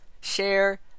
share